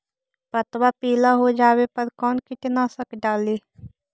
पतबा पिला हो जाबे पर कौन कीटनाशक डाली?